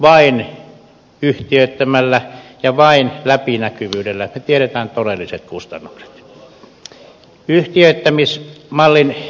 vain yhtiöittämällä ja vain läpinäkyvyydellä me tiedämme todelliset kustannukset